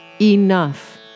enough